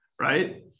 right